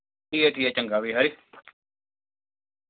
ठीक ऐ ठीक ऐ चंगा फ्ही खरी